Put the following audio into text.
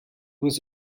was